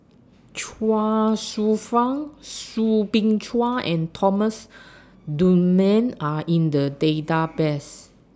Chuang Hsueh Fang Soo Bin Chua and Thomas Dunman Are in The Database